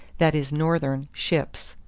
that is northern, ships.